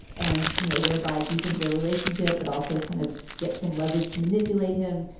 and, you know, thereby deepens their relationship, but also kind of get some leverage to manipulate him.